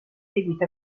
seguito